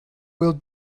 will